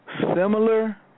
Similar